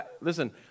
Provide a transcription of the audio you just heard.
Listen